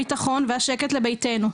הביטחון והשקט לביתנו,